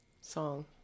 Song